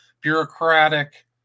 bureaucratic